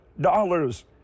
dollars